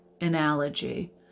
analogy